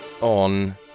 On